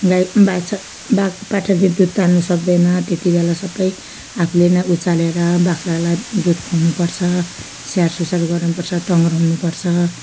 गाई बाछा बाघ पाठाले दुध तान्नु सक्दैन त्यति बेला सबै आफूले नै उचालेर बाख्रालाई दुध खुवाउनुपर्छ स्याहारसुसार गर्नुपर्छ टङ्ग्राउनुपर्छ